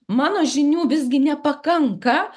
mano žinių visgi nepakanka